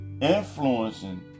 influencing